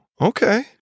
okay